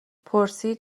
پرسید